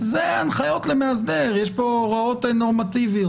זה הנחיות למאסדר, יש פה הוראות נורמטיביות.